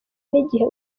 n’igihe